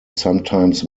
sometimes